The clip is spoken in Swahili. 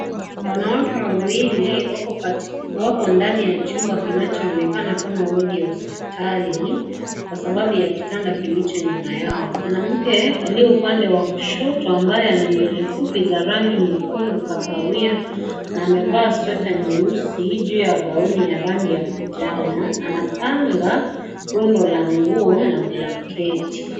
Wanawake wawili wako kati wako ndani ya chumba kinachoonekana kama wodi ya hospitali kwa sababu ya kitanda kilicho nyuma yao, mwanamke aliyeupande wa kushoto ambaye ana nywele fupi za rangi nyekundu kahawia na amevaa sweta nyeusi juu ya gauni ya rangi ya manjano, anapanga rundo la nguo na blanketi.